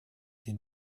den